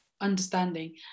understanding